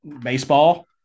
Baseball